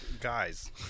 guys